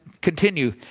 continue